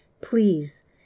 Please